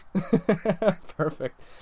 Perfect